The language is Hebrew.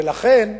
ולכן,